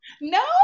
no